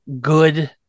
good